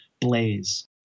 Blaze